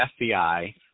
FBI